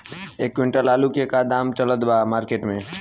एक क्विंटल आलू के का दाम चलत बा मार्केट मे?